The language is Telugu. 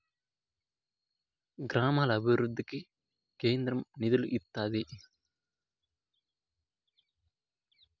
గ్రామాల అభివృద్ధికి కేంద్రం నిధులు ఇత్తాది